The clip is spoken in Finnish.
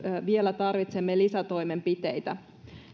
vielä tarvitsemme lisätoimenpiteitä